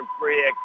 Free